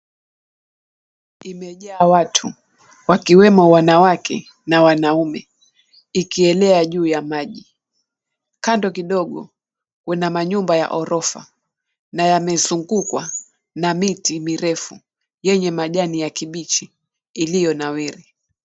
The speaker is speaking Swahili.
Imejaa watu wakiwemo wanawake na wanaume, ikielea juu ya maji, kando kidogo kuna manyumba ya ghorofa na yamezungukwa na miti mirefu yenye majani ya kibichi iliyonawiri.